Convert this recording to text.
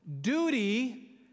duty